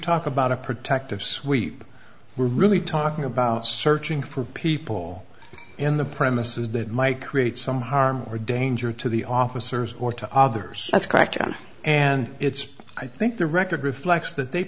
talk about a protective sweep really talking about searching for people in the premises that might create some harm or danger to the officers or to others that's correct and it's i think the record reflects th